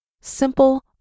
simple